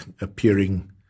appearing